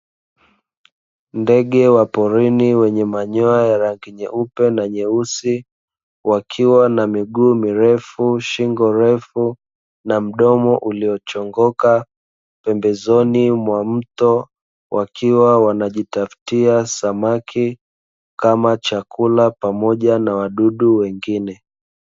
Ndege wa porini wenye manyoya ya rangi nyeupe na nyeusi, wakiwa na miguu mirefu, shingo refu na mdomo uliochongoka, pembezoni mwa mto wakiwa wanajitafutia samaki kama chakula pamoja na wadudu wengine.